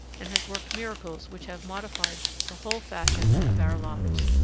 and has worked miracles which have modified the whole fashion of our lives.